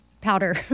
powder